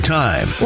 time